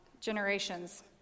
generations